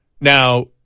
Now